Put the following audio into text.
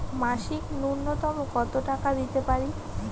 মাসিক নূন্যতম কত টাকা দিতে পারি?